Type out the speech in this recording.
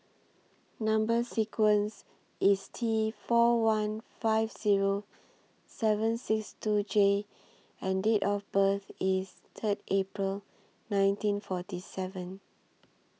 Number sequence IS T four one five Zero seven six two J and Date of birth IS Third April nineteen forty seven